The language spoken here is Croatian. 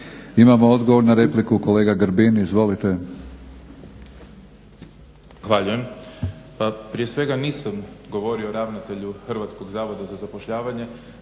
Imamo odgovor na repliku, kolege Grbin. Izvolite. **Grbin, Peđa (SDP)** Zahvaljujem. Pa prije svega nisam govorio o ravnatelju Hrvatskog zavoda za zapošljavanje